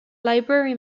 library